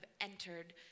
entered